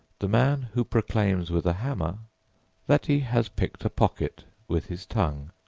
the man who proclaims with a hammer that he has picked a pocket with his tongue.